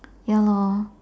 ya lor